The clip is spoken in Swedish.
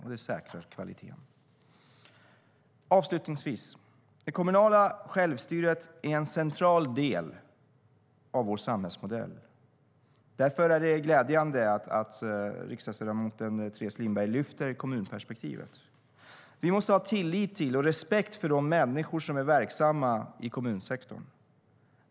Det säkrar kvaliteten. Det kommunala självstyret är en central del av vår samhällsmodell. Därför är det glädjande att riksdagsledamoten Teres Lindberg lyfter fram kommunperspektivet. Vi måste ha tillit till och respekt för de människor som är verksamma i kommunsektorn.